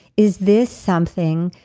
is this something.